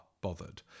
bothered